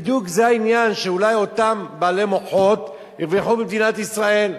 זה בדיוק העניין שאולי אותם בעלי מוחות יברחו ממדינת ישראל.